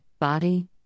body